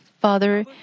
Father